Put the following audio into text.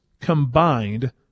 combined